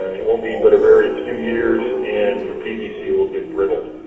it won't be but a very few years and your pvc will get brittle.